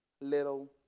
little